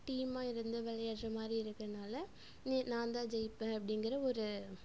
டீமாக இருந்து விளையாட்ற மாதிரி இருக்கறதுனால நீ நான் தான் ஜெயிப்பேன் அப்படிங்கிற ஒரு